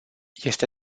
este